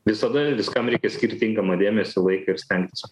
visada viskam reikia skirt tinkamą dėmesį laiką ir stengtis